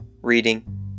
Reading